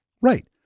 right